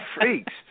freaks